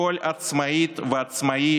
כל עצמאית ועצמאי